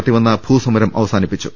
നടത്തിവന്ന ഭൂസമരം അവ സാനിപ്പിച്ചു